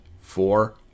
four